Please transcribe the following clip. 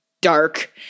dark